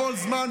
בכל זמן,